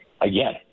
again